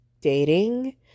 dating